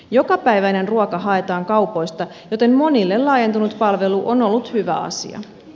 jokapäiväinen ruoka haetaan kaupoista joten monille laajentunut palvelu on ollut hyvä asia